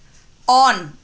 on